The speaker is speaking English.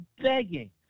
begging